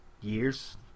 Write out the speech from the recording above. years